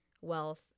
wealth